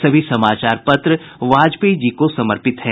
सभी समाचार पत्र वाजपेयी जी को समर्पित हैं